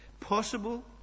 possible